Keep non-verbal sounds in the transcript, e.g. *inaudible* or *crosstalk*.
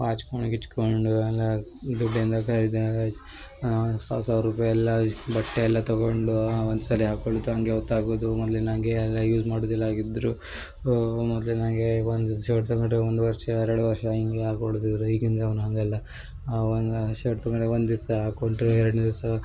ಪಾಚ್ಕೊಂಡು ಗಿಚ್ಕೊಂಡು ಎಲ್ಲಾ ದುಡ್ಡಿಂದ ಖರೀದಿ *unintelligible* ಸಾವಿರ ಸಾವಿರ ರೂಪಾಯಿ ಎಲ್ಲಾ ಬಟ್ಟೆ ಎಲ್ಲ ತಗೊಂಡು ಒಂದ್ಸಲಿ ಹಾಕೊಳುತ ಹಾಗೆ ತಗುದು ಮೊದ್ಲಿನ ಹಾಗೇ ಎಲ್ಲಾ ಯೂಸ್ ಮಾಡುದಿಲ್ಲ ಹಾಗಿದ್ರೂ ಮೊದ್ಲಿನ ಹಾಗೇ ಒಂದು ಶರ್ಟ್ ತಗೊಂಡರೆ ಒಂದು ವರ್ಷ ಎರಡು ವರ್ಷ ಹೀಗೇ ಹಾಕೊಳುತಿದ್ದರು ಈಗಿನ ಜನರು ಹಾಗಲ್ಲ ಒಂದು ಶರ್ಟ್ ತಗೊಂಡ್ರೆ ಒಂದು ದಿವಸ ಹಾಕೊಂಡರೆ ಎರಡನೇ ದಿವಸ